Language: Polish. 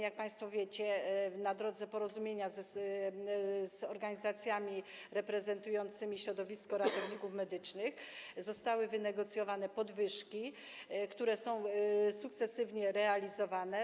Jak państwo wiecie, na drodze porozumienia z organizacjami reprezentującymi środowisko ratowników medycznych zostały wynegocjowane podwyżki, które są sukcesywnie realizowane.